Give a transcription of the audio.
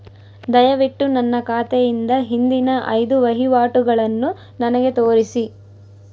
ದಯವಿಟ್ಟು ನನ್ನ ಖಾತೆಯಿಂದ ಹಿಂದಿನ ಐದು ವಹಿವಾಟುಗಳನ್ನು ನನಗೆ ತೋರಿಸಿ